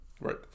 Right